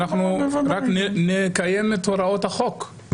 אני רק רוצה שנקיים את הוראות החוק.